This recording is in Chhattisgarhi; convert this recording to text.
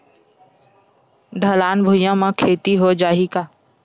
ढलान भुइयां म खेती हो जाही का?